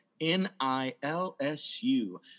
N-I-L-S-U